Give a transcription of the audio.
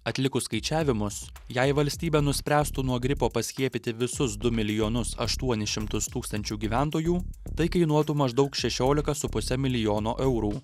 atlikus skaičiavimus jei valstybė nuspręstų nuo gripo paskiepyti visus du milijonus aštuonis šimtus tūkstančių gyventojų tai kainuotų maždaug šešiolika su puse milijono eurų